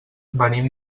venim